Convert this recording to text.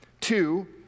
Two